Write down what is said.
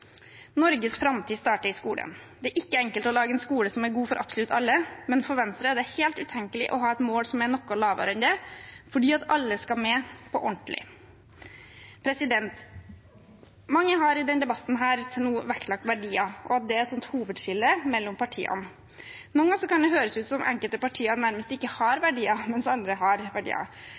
Norges framtid starter i skolen. Det er ikke enkelt å lage en skole som er god for absolutt alle. Men for Venstre er det helt utenkelig å ha et mål som er noe lavere enn det, for alle skal med – på ordentlig. Mange har i denne debatten til nå vektlagt verdier, og at det er et hovedskille mellom partiene. Noen ganger kan det høres ut som om enkelte partier nærmest ikke har verdier, mens andre har verdier.